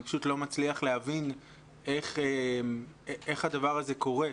אני לא מצליח להבין איך הדבר הזה קורה.